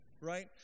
right